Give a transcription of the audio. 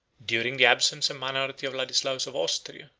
during the absence and minority of ladislaus of austria,